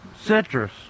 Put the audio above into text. citrus